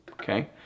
Okay